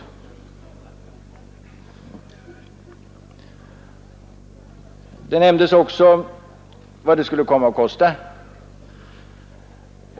Det nämndes också vad projektet skulle komma att kosta.